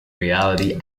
reality